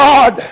God